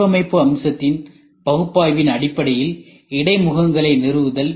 வடிவமைப்பு அம்சத்தின் பகுப்பாய்வின் அடிப்படையில் இடைமுகங்களை நிறுவுதல்